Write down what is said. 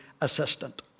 assistant